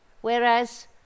whereas